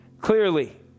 clearly